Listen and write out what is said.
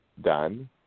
done